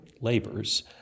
labors